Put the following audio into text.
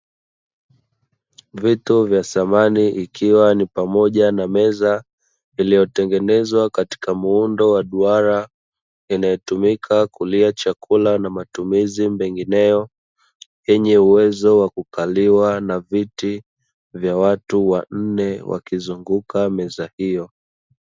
Vitu vya samani ikiwa ni pamoja na meza iliyotengenezwa katika muundo wa duara, inayotumika kulia chakula na matumizi mengineyo yenye uwezo wa kukaliwa na viti vya watu wanne wakizunguka meza hiyo.